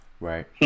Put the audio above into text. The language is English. Right